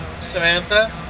Samantha